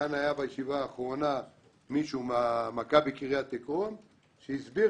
היה כאן בישיבה האחרונה מישהו ממכבי קריית עקרון שהסביר